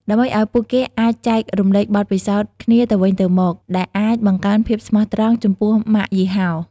ដើម្បីឱ្យពួកគេអាចចែករំលែកបទពិសោធន៍គ្នាទៅវិញទៅមក ដែលអាចបង្កើនភាពស្មោះត្រង់ចំពោះម៉ាកយីហោ។